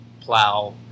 plow